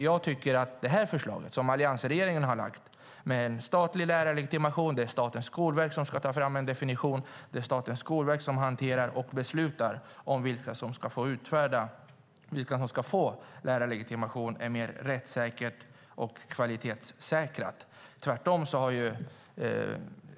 Jag tycker att det förslag som alliansregeringen lagt fram om en statlig lärarlegitimation och om att statens Skolverk ska ta fram en definition och även hantera och besluta vilka som ska få lärarlegitimation är mer rättssäkert och kvalitetssäkrat.